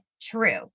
true